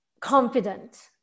confident